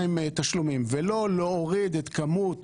תשלומים ולא להוריד את כמות